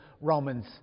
Romans